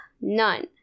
None